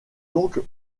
donc